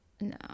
no